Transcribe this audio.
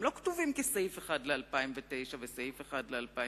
הם לא כתובים כסעיף אחד ל-2009 וסעיף אחד ל-2010,